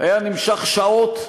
היה נמשך שעות.